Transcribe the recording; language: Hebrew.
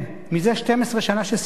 מזה 12 שנה שסיעתנו,